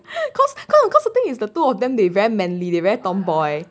cause cau~ cause the thing is the two of them they very manly they very tom boy